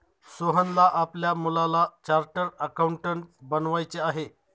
सोहनला आपल्या मुलाला चार्टर्ड अकाउंटंट बनवायचे आहे